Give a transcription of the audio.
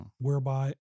whereby